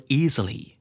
easily